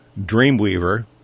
Dreamweaver